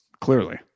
Clearly